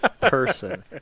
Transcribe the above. person